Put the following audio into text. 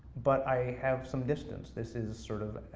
but i have some distance. this is, sort of,